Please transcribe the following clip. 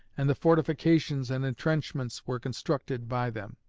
and the fortifications and intrenchments were constructed by them.